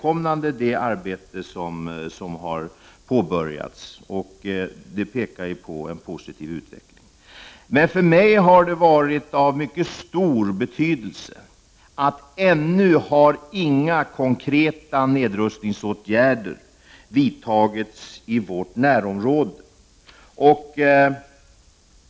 Visst är det arbete som har påbörjats välkommet. Det pekar mot en positiv utveckling. Det har varit av mycket stor betydelse för min bedömning att det ännu inte har vidtagits några konkreta nedrustningsåtgärder i vårt närområde.